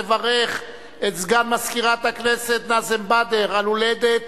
לברך את סגן מזכירת הכנסת נאזם בדר על הולדת